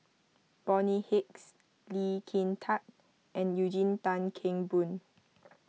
Bonny Hicks Lee Kin Tat and Eugene Tan Kheng Boon